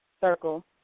circle